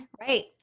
Right